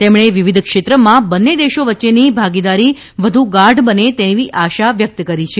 તેમણે વિવિધ ક્ષેત્રમાં બંને દેશો વચ્ચેની ભાગીદારી વધુ ગાઢ બને તેવી આશા વ્યકત કરી છે